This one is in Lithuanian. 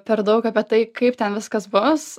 per daug apie tai kaip ten viskas bus